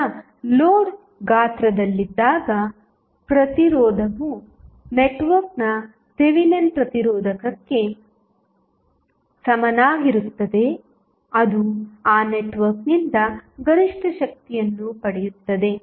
ಈಗ ಲೋಡ್ ಗಾತ್ರದಲ್ಲಿದ್ದಾಗ ಪ್ರತಿರೋಧವು ನೆಟ್ವರ್ಕ್ನ ಥೆವೆನಿನ್ ಪ್ರತಿರೋಧಕ್ಕೆ ಸಮನಾಗಿರುತ್ತದೆ ಅದು ಆ ನೆಟ್ವರ್ಕ್ನಿಂದ ಗರಿಷ್ಠ ಶಕ್ತಿಯನ್ನು ಪಡೆಯುತ್ತದೆ